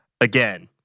again